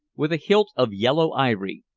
with a hilt of yellow ivory,